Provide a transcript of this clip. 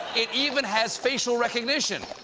it even has facial recognition.